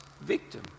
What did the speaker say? victim